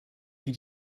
wie